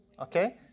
Okay